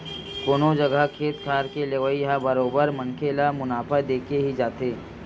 कोनो जघा खेत खार के लेवई ह बरोबर मनखे ल मुनाफा देके ही जाथे